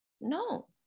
No